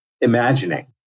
imagining